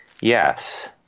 yes